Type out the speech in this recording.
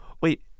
Wait